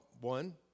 one